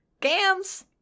gams